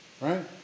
right